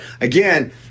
again